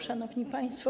Szanowni Państwo!